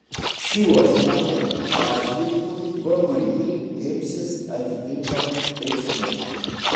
šių asmenų atžvilgiu vmi imsis atitinkamų veiksmų